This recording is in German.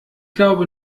glaube